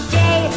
day